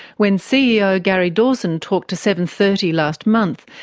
when ceo gary dawson talked to seven. thirty last month,